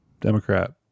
Democrat